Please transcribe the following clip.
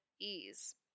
ease